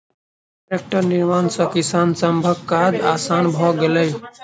टेक्टरक निर्माण सॅ किसान सभक काज आसान भ गेलै